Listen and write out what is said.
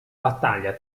battaglia